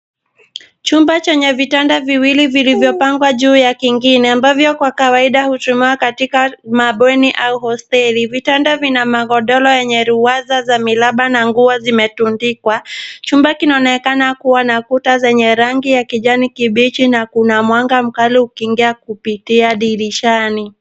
Chumba chenye vitanda viwili vilivyopangwa juu ya kingine ambavyo kwa kawaida hutumiwa katika mabweni au hosteli. Vitanda vina magodoro yenye ruwaza za raba na nguo zimetundikwa. Chumba kinaonekana kuwa na kuta zenye rangi ya kijani kibichi na kuna mwanga mkali ukiingia kupitia dirishani.